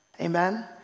Amen